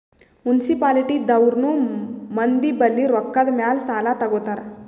municipality ದವ್ರನು ಮಂದಿ ಬಲ್ಲಿ ರೊಕ್ಕಾದ್ ಮ್ಯಾಲ್ ಸಾಲಾ ತಗೋತಾರ್